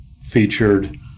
featured